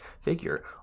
figure